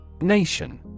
Nation